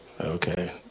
Okay